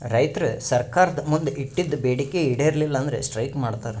ರೈತರ್ ಸರ್ಕಾರ್ದ್ ಮುಂದ್ ಇಟ್ಟಿದ್ದ್ ಬೇಡಿಕೆ ಈಡೇರಲಿಲ್ಲ ಅಂದ್ರ ಸ್ಟ್ರೈಕ್ ಮಾಡ್ತಾರ್